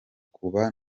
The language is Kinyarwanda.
kuba